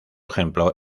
ejemplo